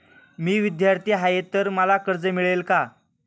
मी विद्यार्थी आहे तर मला कर्ज मिळेल का?